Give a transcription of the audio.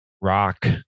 rock